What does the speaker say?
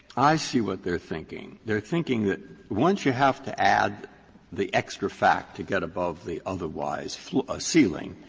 i see what they're thinking. they're thinking that once you have to add the extra fact to get above the otherwise ah ceiling,